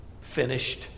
finished